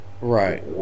Right